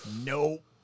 nope